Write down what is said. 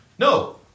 No